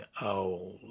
owls